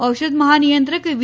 ઔષધ મહાનિયંત્રક વી